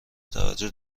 توجه